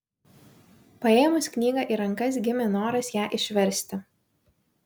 paėmus knygą į rankas gimė noras ją išversti